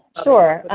sure.